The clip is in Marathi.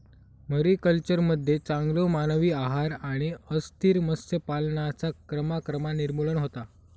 मरीकल्चरमध्ये चांगलो मानवी आहार आणि अस्थिर मत्स्य पालनाचा क्रमाक्रमान निर्मूलन होता